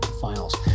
finals